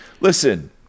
listen